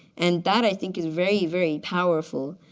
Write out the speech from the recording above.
and that i think is very, very powerful.